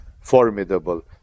formidable